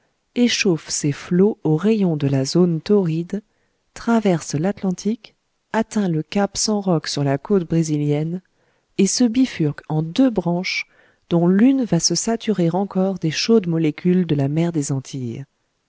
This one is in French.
échauffe ses flots aux rayons de la zone torride traverse l'atlantique atteint le cap san roque sur la côte brésilienne et se bifurque en deux branches dont l'une va se saturer encore des chaudes molécules de la mer des antilles